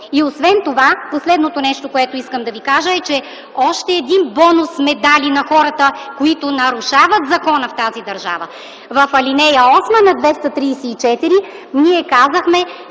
срокове. Последното нещо, което искам да ви кажа, е, че още един бонус сме дали на хората, които нарушават закона в тази държава. В ал. 8 на чл. 234 ние казахме,